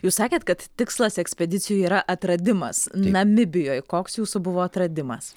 jūs sakėt kad tikslas ekspedicijų yra atradimas namibijoj koks jūsų buvo atradimas